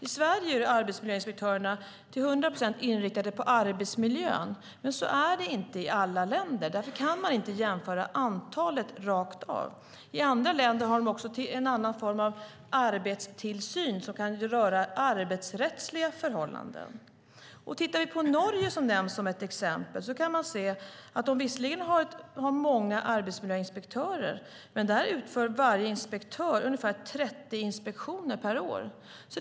I Sverige är arbetsmiljöinspektörerna till 100 procent inriktade på arbetsmiljön. Så är det inte i alla länder, och därför kan man inte jämföra antalet rakt av. I andra länder har de också en annan form av arbetstillsyn som kan röra arbetsrättsliga förhållanden. Tittar man på Norge, som har nämnts som exempel, kan man se att de visserligen har många arbetsmiljöinspektörer, men där utför varje inspektör ungefär 30 inspektioner per år.